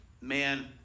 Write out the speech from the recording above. man